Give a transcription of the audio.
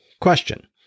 question